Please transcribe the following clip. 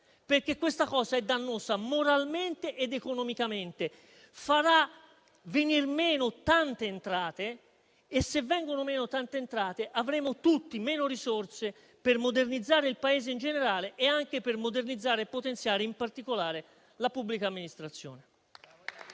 perché questa cosa è dannosa moralmente ed economicamente; farà venir meno tante entrate e, se vengono meno tante entrate, avremo tutti meno risorse per modernizzare il Paese in generale, e anche per modernizzare e potenziare, in particolare, la pubblica amministrazione.